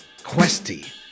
questy